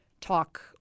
talk